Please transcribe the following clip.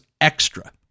extra